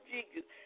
Jesus